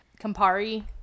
Campari